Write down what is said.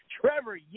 Trevor